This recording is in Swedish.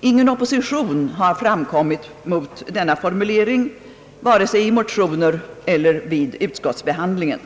Ingen opposition har framkommit mot denna formulering, varken i motioner eller vid utskottsbehandlingen.